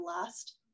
last